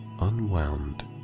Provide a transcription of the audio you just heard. unwound